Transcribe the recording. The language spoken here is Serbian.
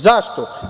Zašto?